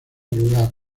lugar